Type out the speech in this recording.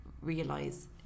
realize